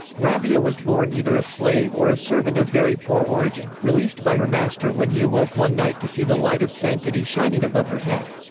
rabi'a was born either a slave or a servant of very poor origin, released by her master when he awoke one night to see the light of sanctity shining above her head.